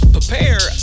prepare